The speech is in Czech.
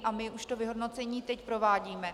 A my už to vyhodnocení teď provádíme.